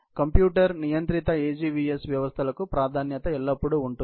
computer నియంత్రిత AGVS వ్యవస్థలకు ప్రాధాన్యత ఎల్లప్పుడూ ఉంటుంది